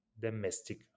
domestic